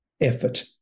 effort